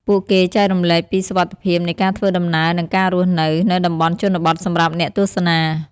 ពួកគេចែករំលែកពីសុវត្ថិភាពនៃការធ្វើដំណើរនិងការរស់នៅ នៅតំបន់ជនបទសម្រាប់អ្នកទស្សនា។